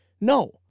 No